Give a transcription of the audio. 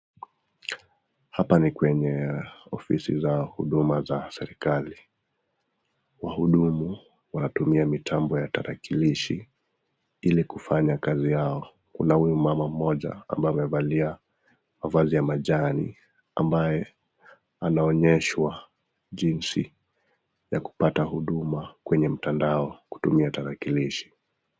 Hapa ni kwenye ofisi za huduma za serikali. Wahudumu wanatumia mitambo ya tarakilishi ili kufanya kazi yao. Kuna huyu mama mmoja ambaye amevalia mavazi ya majani ambaye anaonyeshwa jinsi ya kupata huduma kwenye mtandao kutumia tarakilishi.